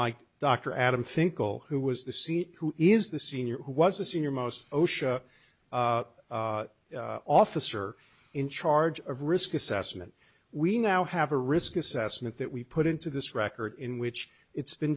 like dr adam finkel who was the seat who is the senior who was a senior most osha officer in charge of risk assessment we now have a risk assessment that we put into this record in which it's been